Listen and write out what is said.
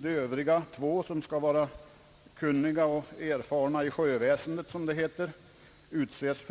De övriga två, som skall vara kunniga och erfarna i sjöväsendet, utses